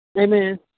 Amen